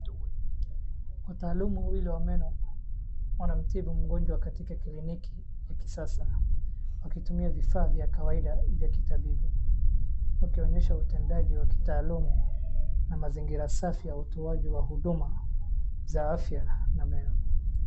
Wataalumu wawili wa meno wanamtibu mgonjwa katika kliniki ya kisasa wakitumia vifaa vya kawaida vya kitabibu wakionyesha utendaji wa kitaalumu na mazingira safi ya utoaji wa huduma za afya ya meno.